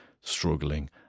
struggling